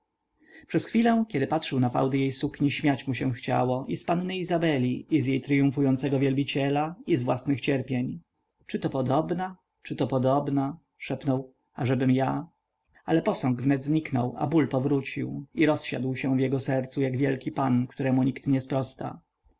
przez chwilę kiedy patrzył na fałdy jej sukni śmiać mu się chciało i z panny izabeli i z jej tryumfującego wielbiciela i z własnych cierpień czyto podobna czyto podobna szepnął ażebym ja ale posąg wnet zniknął a ból powrócił i rozsiadł się w jego sercu jak wielki pan któremu nikt nie sprosta